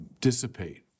dissipate